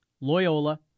Loyola